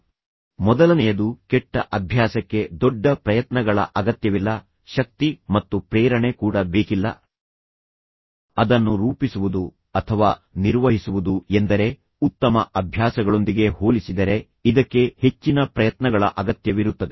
ಈಗ ನಾನು ಗುರುತಿಸಿದ ಕೆಲವು ತತ್ವಗಳು ಮೊದಲನೆಯದು ಕೆಟ್ಟ ಅಭ್ಯಾಸಕ್ಕೆ ದೊಡ್ಡ ಪ್ರಯತ್ನಗಳ ಅಗತ್ಯವಿಲ್ಲ ಶಕ್ತಿ ಮತ್ತು ಪ್ರೇರಣೆ ಕೂಡ ಬೇಕಿಲ್ಲ ಅದನ್ನು ರೂಪಿಸುವುದು ಅಥವಾ ನಿರ್ವಹಿಸುವುದು ಎಂದರೆ ಉತ್ತಮ ಅಭ್ಯಾಸಗಳೊಂದಿಗೆ ಹೋಲಿಸಿದರೆ ಇದಕ್ಕೆ ಹೆಚ್ಚಿನ ಪ್ರಯತ್ನಗಳ ಅಗತ್ಯವಿರುತ್ತದೆ